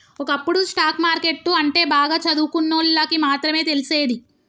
ఒకప్పుడు stock market అంటే బాగా చదువుకున్నోళ్ళకి మాత్రమే తెలిసేది